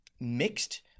mixed